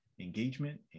engagement